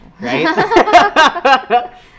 Right